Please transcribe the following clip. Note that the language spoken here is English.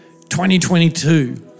2022